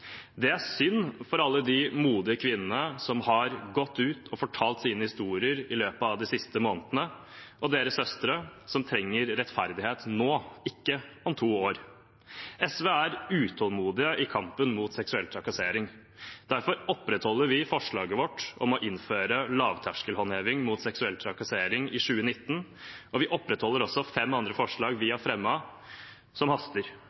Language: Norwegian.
Det er synd for alle de modige kvinnene som har gått ut og fortalt sine historier i løpet av de siste månedene, og deres søstre som trenger rettferdighet nå – ikke om to år. SV er utålmodige i kampen mot seksuell trakassering. Derfor opprettholdes forslaget vi er med på, om å innføre lavterskelhåndheving mot seksuell trakassering i 2019. Vi opprettholder også fem punkter i representantforslaget vi har fremmet som det haster